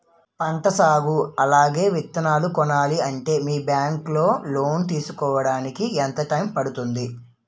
పంట సాగు అలాగే విత్తనాలు కొనాలి అంటే మీ బ్యాంక్ లో లోన్ తీసుకోడానికి ఎంత టైం పడుతుంది?